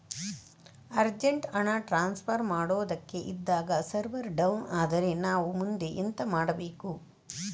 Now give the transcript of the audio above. Urgent ಹಣ transfer ಮಾಡೋದಕ್ಕೆ ಇದ್ದಾಗ ಸರ್ವರ್ ಡೌನ್ ಆದರೆ ನಾವು ಮುಂದೆ ಎಂತ ಮಾಡಬೇಕು?